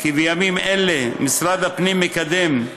כי בימים אלה משרד הפנים מקדם,